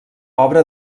obra